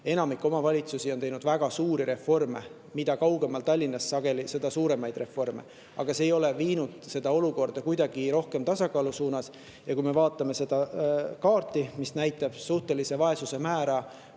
Enamik omavalitsusi on teinud väga suuri reforme, sageli nii, et mida kaugemal Tallinnast, seda suuremaid reforme, aga see ei ole viinud olukorda kuidagi rohkem tasakaalu suunas. Kui me vaatame kaarti, mis näitab suhtelise vaesuse määra